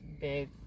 big